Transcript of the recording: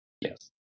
Yes